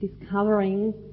discovering